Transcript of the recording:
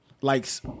likes